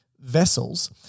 vessels –